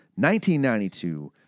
1992